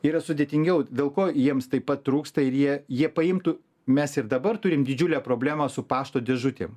yra sudėtingiau dėl ko jiems taip pat trūksta ir jie jie paimtų mes ir dabar turim didžiulę problemą su pašto dėžutėm